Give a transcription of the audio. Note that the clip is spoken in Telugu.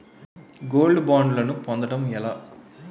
గోల్డ్ బ్యాండ్లను పొందటం ఎలా?